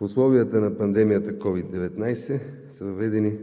В условията на пандемията COVID-19 са въведени